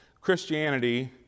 Christianity